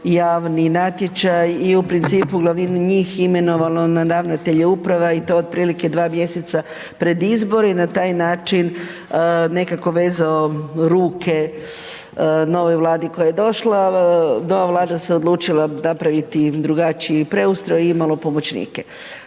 javni natječaj i u principu u glavnini njih imenovalo na ravnatelje uprava i to otprilike 2 mjeseca pred izbore i na taj način nekako vezao ruke novoj vladi koja je došla, nova vlada se odlučila napraviti drugačiji preustroj i imalo pomoćnike.